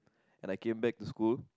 and I came back to school